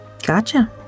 gotcha